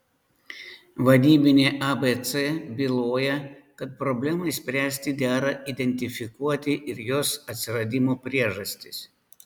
vadybinė abc byloja kad problemai spręsti dera identifikuoti ir jos atsiradimo priežastis